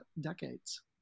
decades